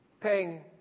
paying